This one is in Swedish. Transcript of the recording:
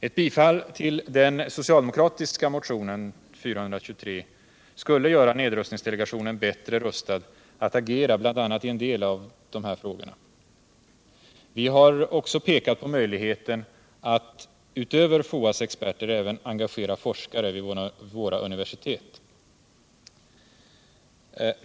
Ett bifall till den socialdemokratiska motionen 423 skulle göra nedrustningsdelegationen bättre rustad att agera bl.a. i en del av dessa frågor. Vi har också pekat på möjligheten att utöver FOA:s experter även engagera forskare vid våra universitet.